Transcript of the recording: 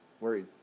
worried